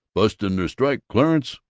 busting the strike, clarence